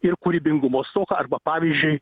ir kūrybingumo stoką arba pavyzdžiui